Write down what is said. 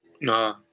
No